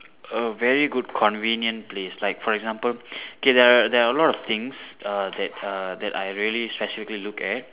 a very good convenient place like for example okay there are there are a lot of things err that err that I really specifically look at